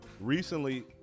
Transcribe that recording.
Recently